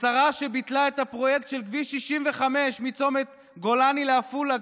בשרה שביטלה את הפרויקט של כביש 65 מצומת גולני לעפולה,